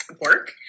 work